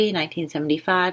1975